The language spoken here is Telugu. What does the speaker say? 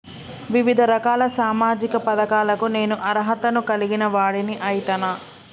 వివిధ రకాల సామాజిక పథకాలకు నేను అర్హత ను కలిగిన వాడిని అయితనా?